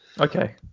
okay